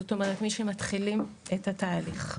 זאת אומרת מי שמתחילים את התהליך.